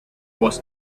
was